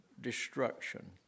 destruction